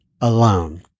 alone